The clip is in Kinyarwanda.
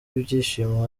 ibyishimo